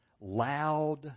Loud